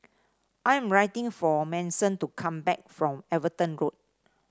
I am waiting for Manson to come back from Everton Road